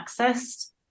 accessed